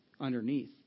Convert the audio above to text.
underneath